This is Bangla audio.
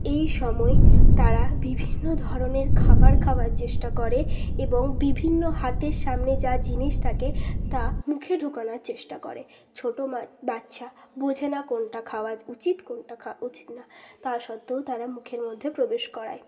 এই সময় তারা বিভিন্ন ধরনের খাবার খাওয়ার চেষ্টা করে এবং বিভিন্ন হাতের সামনে যা জিনিস থাকে তা মুখে ঢোকানার চেষ্টা করে ছোটো মা বাচ্চা বোঝে না কোনটা খাওয়া উচিত কোনটা খাওয়া উচিত না তার সত্ত্বেও তারা মুখের মধ্যে প্রবেশ করায়